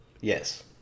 yes